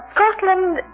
Scotland